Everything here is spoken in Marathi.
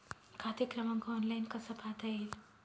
खाते क्रमांक ऑनलाइन कसा पाहता येईल?